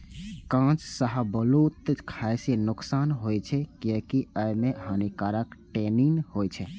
कांच शाहबलूत खाय सं नुकसान होइ छै, कियैकि अय मे हानिकारक टैनिन होइ छै